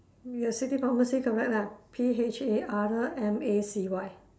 your city pharmacy correct lah P H A R M A C Y